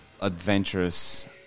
adventurous